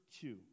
two